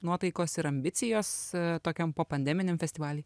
nuotaikos ir ambicijos tokiam popandeminiam festivaly